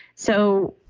so,